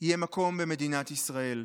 לא יהיה מקום במדינת ישראל.